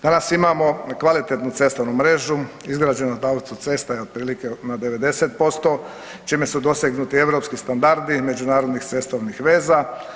Danas imamo kvalitetnu cestovnu mrežu, izgrađenost autocesta je otprilike na 90%, čime su dosegnuti europski standardi međunarodnih cestovnih veza.